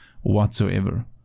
whatsoever